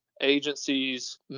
agencies